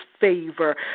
favor